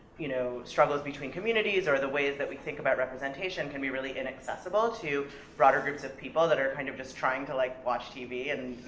you know, struggles between communities, or the ways that we think about representation can be really in accessible to broader groups of people that are kind of just trying to, like, watch tv, and,